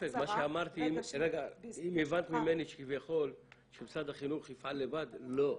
אם הבנת ממני שכביכול משרד החינוך יפעל לבד, לא.